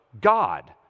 God